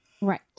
Right